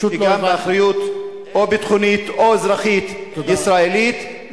באחריות או ביטחונית או אזרחית ישראלית,